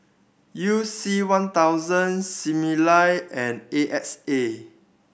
You C One thousand Similac and A X A